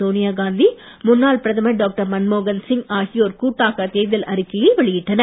சோனியா காந்தி முன்னாள் பிரதமர் டாக்டர் மன்மோகன் சிங் ஆகியோர் கூட்டாக தேர்தல் அறிக்கையை வெளியிட்டனர்